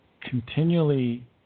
continually